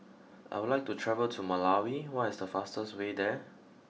I would like to travel to Malawi what is the fastest way there